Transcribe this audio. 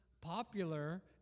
popular